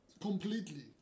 completely